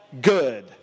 good